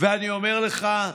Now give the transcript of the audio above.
ואני אומר לך,